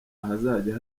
ahazajya